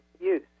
use